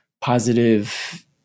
positive